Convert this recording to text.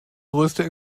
größte